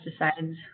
pesticides